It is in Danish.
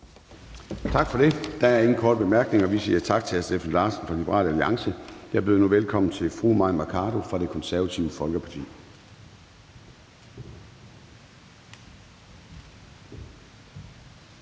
Gade): Der er ingen korte bemærkninger. Vi siger tak til hr. Steffen Larsen fra Liberal Alliance. Jeg byder nu velkommen til fru Mai Mercado fra Det Konservative Folkeparti.